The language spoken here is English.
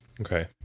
okay